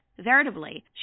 Veritably